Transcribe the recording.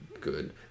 good